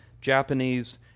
Japanese